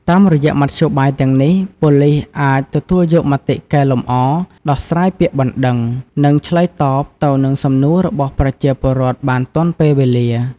តាមរយៈមធ្យោបាយទាំងនេះ ប៉ូលីសអាច ទទួលយកមតិកែលម្អ ដោះស្រាយពាក្យបណ្ដឹង និងឆ្លើយតបទៅនឹងសំណួររបស់ប្រជាពលរដ្ឋបានទាន់ពេលវេលា។